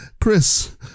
Chris